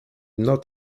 not